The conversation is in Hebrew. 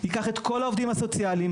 ייקח את כל העובדים הסוציאליים,